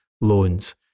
loans